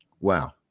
wow